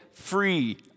free